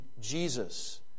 Jesus